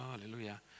hallelujah